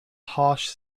harsh